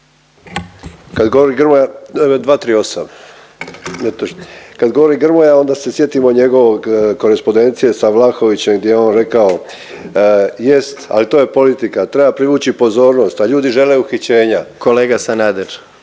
kad govori Grmoja onda se sjetimo njegovog korespondencije sa Vlahovićem gdje je on rekao jest ali to je politika treba privući pozornost, a ljudi žele uhićenja. **Jandroković,